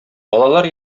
балалар